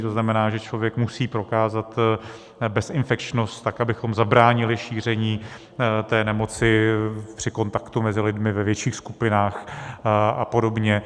To znamená, že člověk musí prokázat bezinfekčnost, abychom zabránili šíření nemoci při kontaktu mezi lidmi ve větších skupinách a podobně.